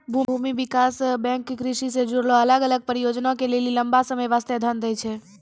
भूमि विकास बैंक कृषि से जुड़लो अलग अलग परियोजना के लेली लंबा समय बास्ते धन दै छै